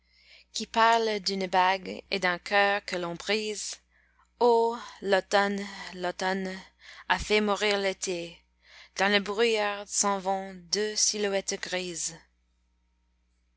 qui parle d'une bague et d'un cœur que l'on brise oh l'automne l'automne a fait mourir l'été dans le brouillard s'en vont deux silhouettes grises